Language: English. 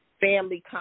family